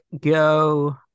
go